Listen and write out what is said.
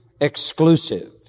exclusive